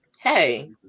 hey